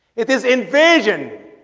it is invasion.